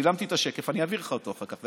צילמתי את השקף, אני אעביר לך אותו אחר כך.